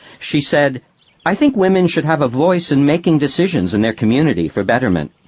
she said i think women should have a voice in making decisions in their community for betterment.